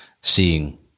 seeing